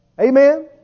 Amen